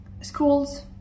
schools